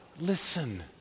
listen